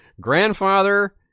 grandfather